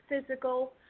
physical